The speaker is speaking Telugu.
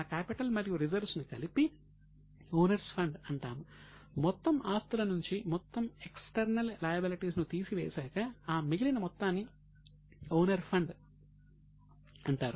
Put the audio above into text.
క్యాపిటల్ను తీసివేశాక ఆ మిగిలిన మొత్తాన్ని ఓనర్ ఫండ్ అంటారు